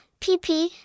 PP